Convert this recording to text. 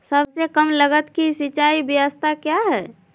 सबसे कम लगत की सिंचाई ब्यास्ता क्या है?